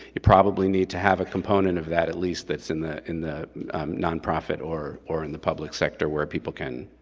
you probably need to have a component of that at least that's in the in the nonprofit or or in the public sector where people can,